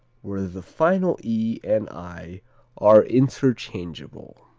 where the final e and i are interchangeable.